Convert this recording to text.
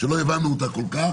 שלא הבנו אותה כל כך,